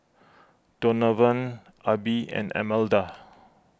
Donavan Abbie and Almeda